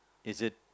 is it